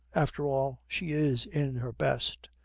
after all, she is in her best.